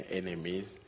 enemies